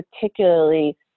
particularly